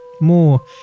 more